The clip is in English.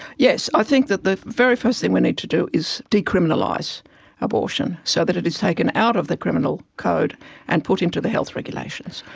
yes. i think that the very first thing we need to do is decriminalise abortion so that it is taken out of the criminal code and put into the health regulations,